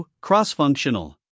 Cross-functional